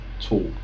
talk